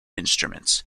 instruments